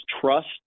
trust